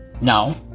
Now